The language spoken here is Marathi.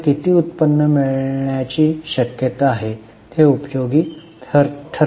तर किती उत्पन्न मिळण्याची शक्यता आहे ते उपयोगी ठरते